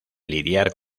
lidiar